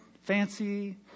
Fancy